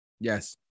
Yes